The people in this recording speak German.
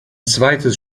zweites